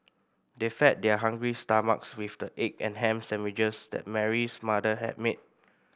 they fed their hungry stomachs with the egg and ham sandwiches that Mary's mother had made